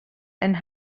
and